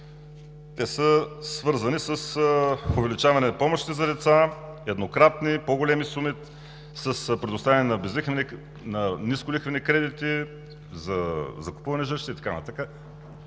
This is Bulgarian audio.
Те са свързани с увеличаване помощи за деца, еднократни, по-големи суми, с предоставяне на нисколихвени кредити за закупуване на